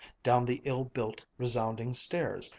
down the ill-built, resounding stairs,